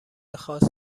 خاص